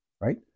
right